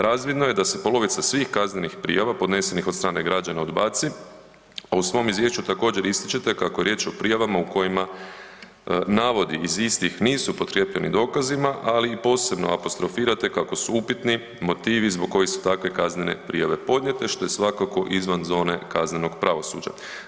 Razvidno je da se polovica svih kaznenih prijava podnesenih od strane građana odbaci, a u svom izvješću također ističete kako je riječ o prijavama u kojima navodi iz istih nisu potkrijepljeni dokazima ali i posebno apostrofirate kako su upitni motivi zbog kojih su takve kaznene prijave podnijete što je svakako izvan zone kaznenog pravosuđa.